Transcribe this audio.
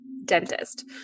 dentist